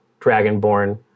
dragonborn